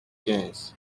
quinze